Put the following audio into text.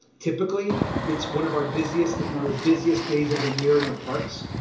typically it's one of our busiest if not our busiest days of the year in our parks,